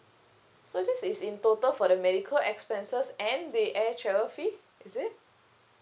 so this is in total for the medical expenses and the air travel fee is it